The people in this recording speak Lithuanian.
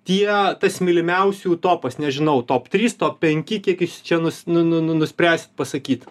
tie tas mylimiausių topas nežinau top trys top penki kiek jūs čia nus nu nu nu nuspręsit pasakyt